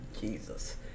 Jesus